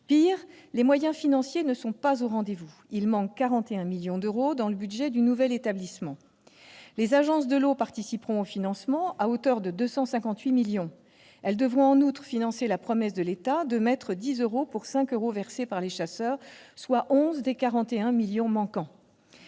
Pis, les moyens financiers ne sont pas au rendez-vous : il manque 41 millions d'euros dans le budget du nouvel établissement. Les agences de l'eau participeront au financement hauteur de 258 millions d'euros. Elles devront en outre financer la promesse de l'État de mettre 10 euros pour 5 euros versés par les chasseurs, soit 11 des 41 millions manquants.